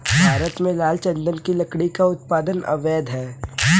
भारत में लाल चंदन की लकड़ी का उत्पादन अवैध है